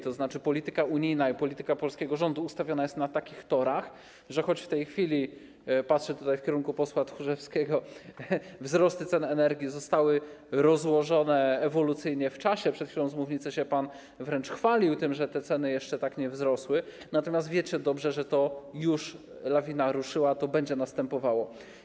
To oznacza, że polityka unijna i polityka polskiego rządu ustawione są na takich torach, że choć w tej chwili - patrzę tutaj w kierunku posła Tchórzewskiego - wzrosty cen energii zostały rozłożone ewolucyjnie w czasie - przed chwilą z mównicy się pan wręcz chwalił tym, że te ceny jeszcze tak nie wzrosły - to wiecie dobrze, że lawina już ruszyła i to będzie następowało.